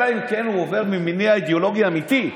אלא אם כן הוא עובר ממניע אידיאולוגי אמיתי,